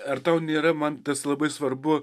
ar tau nėra man tas labai svarbu